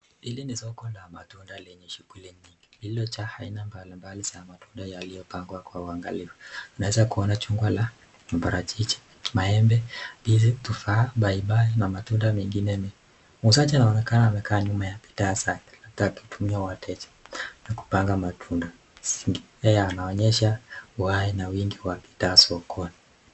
Hili ni soko lenye matunda na shughuli nyingi, kuna aina mbalimbali za matunda iliyopangwa kwa uangalifu, unaweza kuona chungwa ,parachichi ,maembe, ndizi ,tufaa, paipai na matunda mengine. Wauzaji wamekaa nyuma ya bidhaa zao ili kuhudumia wateja na kupanda matunda. Mazingira yanaonesha kuna bidhaa nyingi sokoni.